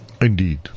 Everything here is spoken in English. Indeed